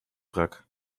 brak